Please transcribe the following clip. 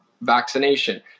vaccination